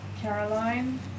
Caroline